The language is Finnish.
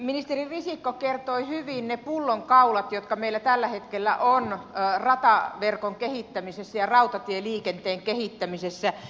ministeri risikko kertoi hyvin ne pullonkaulat joita meillä tällä hetkellä on rataverkon kehittämisessä ja rautatieliikenteen kehittämisessä